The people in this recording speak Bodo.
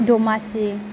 दमासि